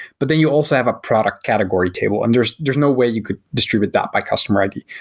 but then you also have a product category table, and there's there's no way you could distribute that by customer id.